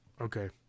Okay